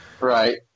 right